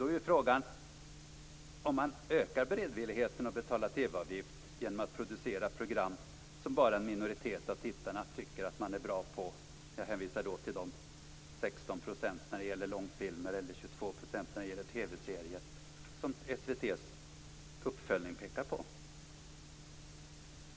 Då är frågan om man ökar beredvilligheten att betala TV-avgift genom att producera program som bara en minoritet av tittarna tycker att man är bra på - jag hänvisar då till de 16 % när det gäller långfilmer och 22 % när det gäller TV-serier som SVT:s uppföljning pekar på.